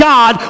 God